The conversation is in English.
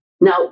Now